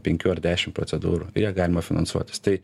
penkių ar dešim procedūrų ir ją galima finansuotis tai